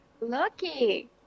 Lucky